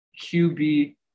QB